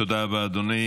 תודה רבה, אדוני.